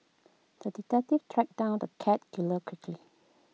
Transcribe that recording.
the detective tracked down the cat killer quickly